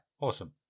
awesome